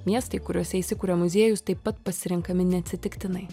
miestai kuriuose įsikuria muziejus taip pat pasirenkami neatsitiktinai